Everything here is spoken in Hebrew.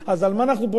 אז על מה אנחנו מדברים?